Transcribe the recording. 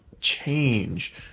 change